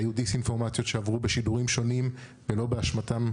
היו דיסאינפורמציות שעברו בשידורים שונים ולא באשמתם,